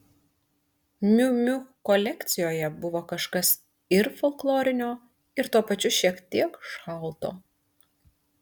miu miu kolekcijoje buvo kažkas ir folklorinio ir tuo pačiu šiek tiek šalto